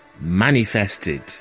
manifested